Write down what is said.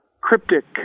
cryptic